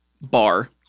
bar